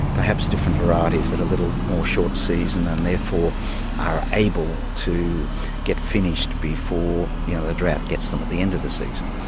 perhaps different varieties that are a little more short-season and therefore are able to get finished before yeah the drought gets them at the end of the season.